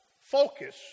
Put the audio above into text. focus